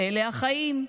אלה החיים.